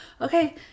okay